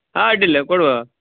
ಹಾಂ ಅಡ್ಡಿಲ್ಲ ಕೊಡುವ